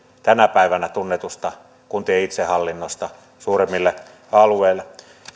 tänä päivänä tunnetusta kuntien itsehallinnosta suuremmille alueille